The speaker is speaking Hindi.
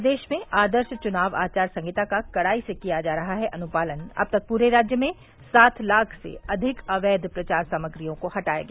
प्रदेश में आदर्श चुनाव आचार संहिता का कड़ाई से किया जा रहा है अनुपालन अब तक पूरे राज्य में सात लाख से अधिक अवैध प्रचार सामग्रियों को हटाया गया